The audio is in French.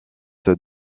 est